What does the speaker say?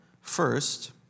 First